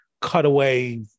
cutaway